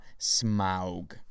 Smaug